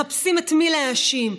מחפשים את מי להאשים,